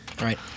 Right